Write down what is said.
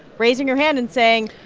raising her hand and saying,